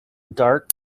dark